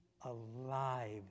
alive